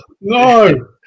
No